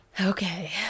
okay